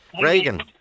Reagan